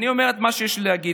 אני אומר את מה שיש לי להגיד,